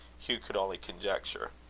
hugh could only conjecture.